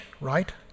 right